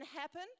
happen